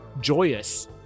joyous